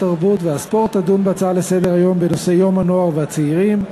התרבות והספורט תדון בהצעות לסדר-היום בנושא: יום הנוער והצעירים,